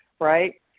right